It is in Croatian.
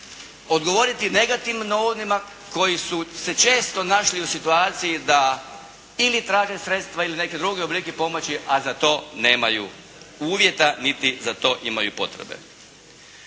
odgovoriti negativno onima koji su se često našli u situaciji da ili traže sredstva ili neke druge oblike pomoći a za to nemaju uvjeta niti za to imaju potrebe.